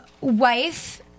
Wife